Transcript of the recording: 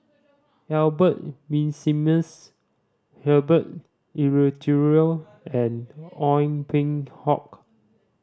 Albert Winsemius Herbert Eleuterio and Ong Peng Hock